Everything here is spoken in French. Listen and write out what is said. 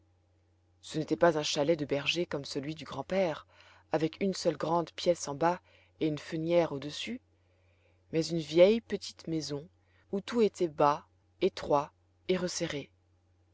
ce n'était pas un chalet de berger comme celui du grand-père avec une seule grande pièce en bas et une fenière au-dessus mais une vieille petite maison où tout était bas étroit et resserré